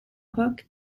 hook